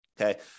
okay